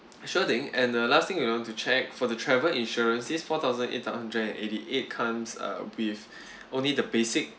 sure thing and the last thing we want to check for the travel insurance is four thousand eight hundred and eighty eight comes uh with only the basic